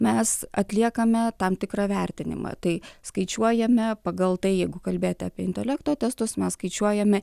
mes atliekame tam tikrą vertinimą tai skaičiuojame pagal tai jeigu kalbėti apie intelekto testus mes skaičiuojame